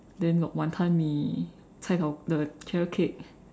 then got wanton-mee cai-tao the carrot cake